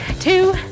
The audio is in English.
two